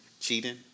cheating